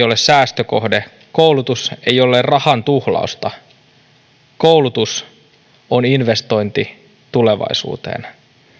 ole säästökohde koulutus ei ole rahan tuhlausta koulutus on investointi tulevaisuuteen